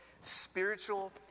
spiritual